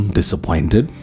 disappointed